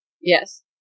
Yes